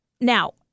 Now